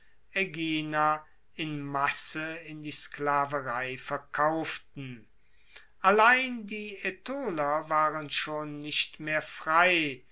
aegina in masse in die sklaverei verkauften allein die aetoler waren schon nicht mehr frei